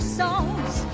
songs